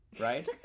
right